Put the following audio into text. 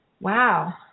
Wow